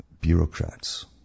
bureaucrats